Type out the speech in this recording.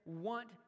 want